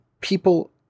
people